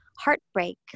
Heartbreak